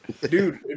Dude